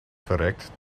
verrekt